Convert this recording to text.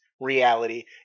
reality